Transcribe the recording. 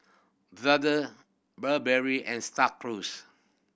Brother Burberry and Star Cruise